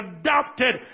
adopted